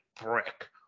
brick